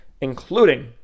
including